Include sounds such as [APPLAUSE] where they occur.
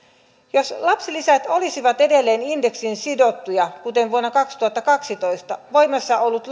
jos lapsilisät olisivat edelleen indeksiin sidottuja kuten vuonna kaksituhattakaksitoista voimassa ollut [UNINTELLIGIBLE]